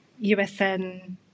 usn